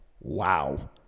wow